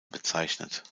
bezeichnet